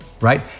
right